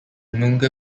noongar